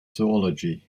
zoology